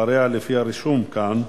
לפי הרישום כאן,